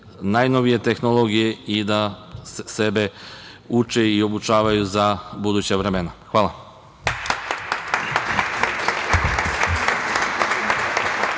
najnovije tehnologije i da sebe uče i obučavaju za buduća vremena. Hvala.